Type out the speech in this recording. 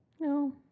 No